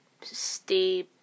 stay